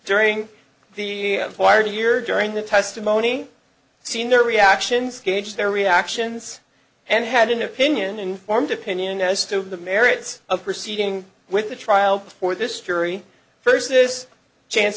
during the year during the testimony seen their reactions gauge their reactions and had an opinion informed opinion as to the merits of proceeding with the trial before this jury versus chance